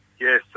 Yes